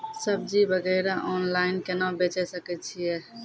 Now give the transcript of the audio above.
सब्जी वगैरह ऑनलाइन केना बेचे सकय छियै?